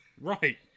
Right